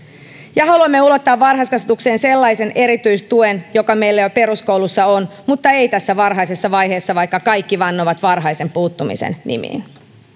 ja haluamme ulottaa varhaiskasvatukseen sellaisen erityistuen joka meillä jo peruskoulussa on mutta ei tässä varhaisessa vaiheessa vaikka kaikki vannovat varhaisen puuttumisen nimiin